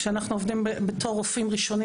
כשאנחנו עובדים בתור רופאים ראשונים,